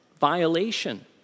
violation